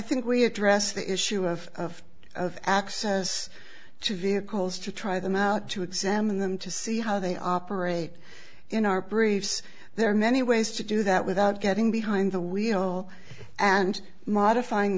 think we address the issue of of access to vehicles to try them out to examine them to see how they operate in our proves there are many ways to do that without getting behind the wheel and modifying